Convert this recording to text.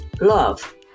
love